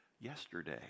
yesterday